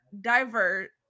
divert